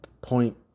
point